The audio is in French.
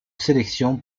sélection